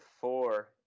four